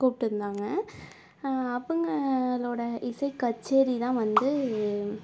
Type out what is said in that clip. கூப்பிட்ருந்தாங்க அவங்களோட இசைக் கச்சேரி தான் வந்து